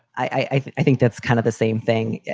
i think that's kind of the same thing.